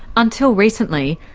until recently,